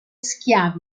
schiavi